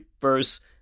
first